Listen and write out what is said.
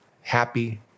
happy